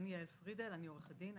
אני עורכת דין.